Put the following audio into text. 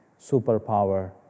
superpower